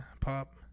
pop